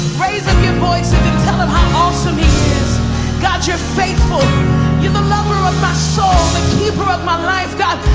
raise up your voices and tell him how awesome he is god, you're faithful you're the lover of my soul, the keeper of my life, god